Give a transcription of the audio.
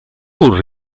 pur